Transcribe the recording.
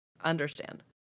Understand